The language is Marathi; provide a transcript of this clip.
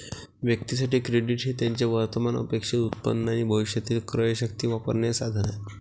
व्यक्तीं साठी, क्रेडिट हे त्यांचे वर्तमान अपेक्षित उत्पन्न आणि भविष्यातील क्रयशक्ती वापरण्याचे साधन आहे